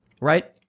right